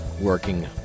working